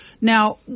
Now